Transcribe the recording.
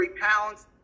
pounds